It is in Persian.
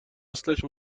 اصلش